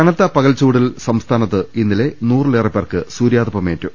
കനത്ത പകൽച്ചൂടിൽ സംസ്ഥാനത്ത് ഇന്നലെ നൂറിലധികം പേർക്ക് സൂര്യാതപമേറ്റു